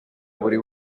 buri